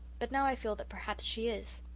but now i feel that perhaps she is.